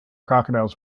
crocodiles